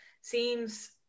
seems